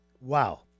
Wow